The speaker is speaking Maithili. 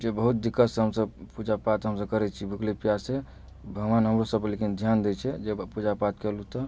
जे बहुत दिक्कत सँ हमसब पूजा पाठ हमसब करै छी भुखले पियासे भगवान हमरो सब पर लेकिन ध्यान दै छै जे पूजा पाठ केलु तऽ